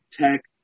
tech